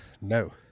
No